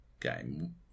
game